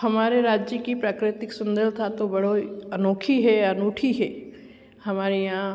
हमारे राज्य की प्राकृतिक सुंदरता तो बड़ी ही अनोखी है अनूठी है हमारे यहाँ